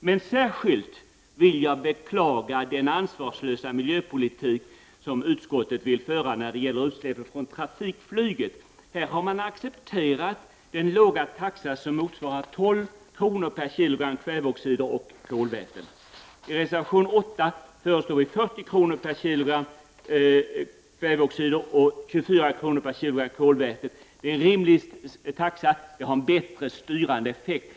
Men jag vill särskilt beklaga den ansvarslösa miljöpolitik som utskottet vill föra när det gäller utsläppen från trafikflyget. Här har man accepterat den låga taxa som motsvarar 12 kr. per kg kväveoxider och kolväten. I reservation 8 föreslår vi 40 kr. per kg kväveoxider och 24 kr. per kg kolväten. Det är en rimlig taxa, och den har en bättre styrande effekt.